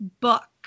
book